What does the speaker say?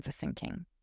overthinking